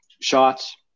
shots